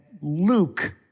Luke